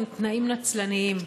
הם תנאים נצלניים.